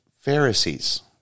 Pharisees